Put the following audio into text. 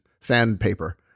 sandpaper